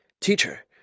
Teacher